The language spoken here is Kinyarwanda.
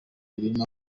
birimo